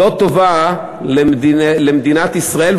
לא טובה למדינת ישראל,